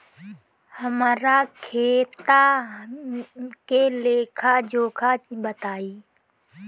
हमरा खाता के लेखा जोखा बताई?